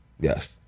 yes